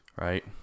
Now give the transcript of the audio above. Right